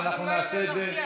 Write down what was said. לא יודע.